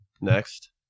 Next